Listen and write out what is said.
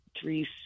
three